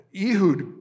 Ehud